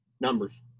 numbers